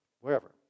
wherever